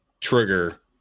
trigger